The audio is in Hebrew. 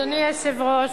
אדוני היושב-ראש,